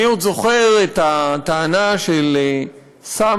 אני עוד זוכר את הטענה של סאמרס,